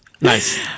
nice